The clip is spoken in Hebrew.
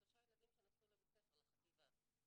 שלושה ילדים שנסעו לבית ספר, לחטיבה.